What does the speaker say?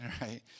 right